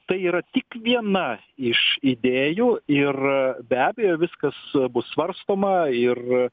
tai yra tik viena iš idėjų ir be abejo viskas bus svarstoma ir